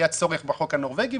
היה צורך בחוק הנורווגי,